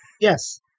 Yes